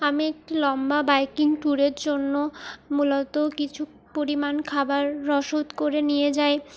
আমি একটি লম্বা বাইকিং ট্যুরের জন্য মূলত কিছু পরিমাণ খাবার রসদ করে নিয়ে যাই